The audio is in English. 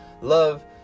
Love